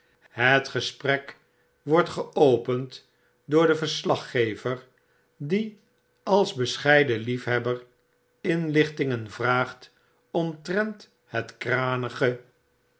het gesprek wordt geopend door den verslaggever die als bescheiden liefhebber inlichtingen vraagt omtrent het kranige